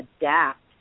adapt